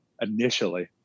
initially